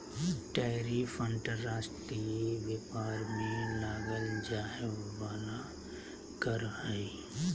tariff अंतर्राष्ट्रीय व्यापार में लगाल जाय वला कर हइ